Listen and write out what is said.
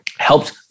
helped